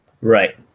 Right